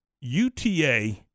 UTA